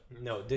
No